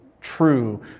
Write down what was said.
true